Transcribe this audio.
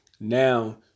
now